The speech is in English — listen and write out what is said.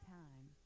time